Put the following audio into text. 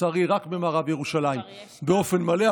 לצערי רק במערב ירושלים באופן מלא,